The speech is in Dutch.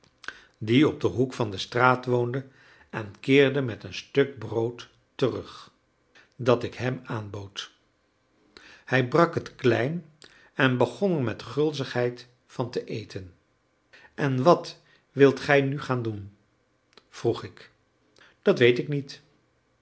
die op den hoek van de straat woonde en keerde met een stuk brood terug dat ik hem aanbood hij brak het klein en begon er met gulzigheid van te eten en wat wilt gij nu gaan doen vroeg ik dat weet ik niet